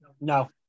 No